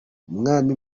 umwami